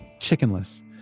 chickenless